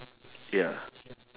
ya